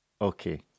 Okay